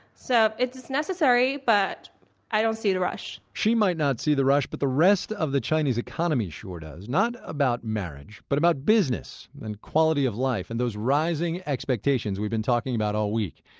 so it's necessary, but i don't see the rush she might not see the rush, but the rest of the chinese economy sure does. not about marriage. but about business and quality of life, and those rising expectations we've been talking about all week.